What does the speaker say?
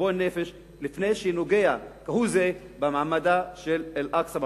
חשבון נפש לפני שאני נוגע כהוא זה במעמד של אל-אקצא,